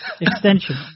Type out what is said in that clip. extension